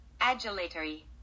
Adulatory